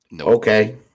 okay